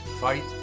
Fight